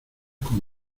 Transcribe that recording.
con